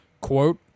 Quote